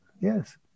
Yes